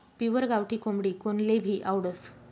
pure गावठी कोंबडी कोनलेभी आवडस